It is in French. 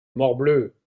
morbleu